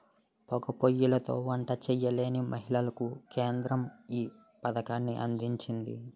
పోగా పోయ్యిలతో వంట చేయలేని మహిళలకు కేంద్రం ఈ పథకాన్ని అందించింది